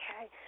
okay